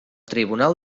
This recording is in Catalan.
tribunal